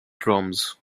drums